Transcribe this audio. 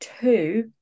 two